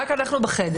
רק אנחנו בחדר.